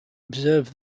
observe